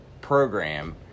program –